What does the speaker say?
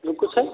जो कुछ है